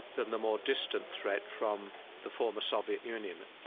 than the more distant threat from the former soviet union.